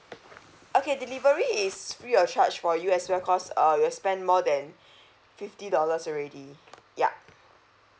okay delivery is free of charge for you as well cause uh you've spent more than fifty dollars already ya